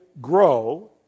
grow